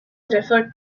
referred